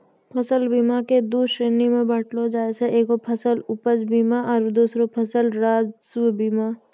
फसल बीमा के दु श्रेणी मे बाँटलो जाय छै एगो फसल उपज बीमा आरु दोसरो फसल राजस्व बीमा